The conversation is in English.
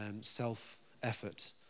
self-effort